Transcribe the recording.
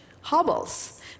hobbles